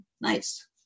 Nice